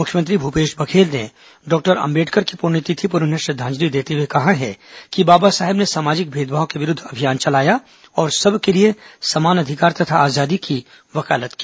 मुख्यमंत्री भूपेश बघेल ने डॉक्टर अम्बेडकर की पुण्यतिथि पर उन्हें श्रद्वांजलि देते हुए कहा है कि बाबा साहब ने सामाजिक भेदभाव के विरूद्व अभियान चलाया और सबके लिए समान अधिकार तथा आजादी की वकालत की